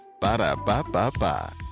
Ba-da-ba-ba-ba